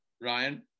ryan